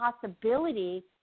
possibility